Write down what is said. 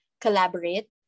collaborate